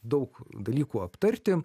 daug dalykų aptarti